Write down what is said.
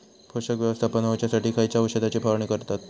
पोषक व्यवस्थापन होऊच्यासाठी खयच्या औषधाची फवारणी करतत?